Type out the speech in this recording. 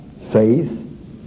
Faith